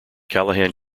callahan